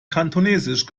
kantonesisch